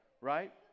right